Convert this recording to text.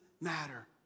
matter